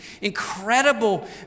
incredible